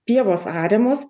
pievos ariamos